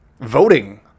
voting